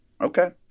Okay